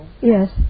Yes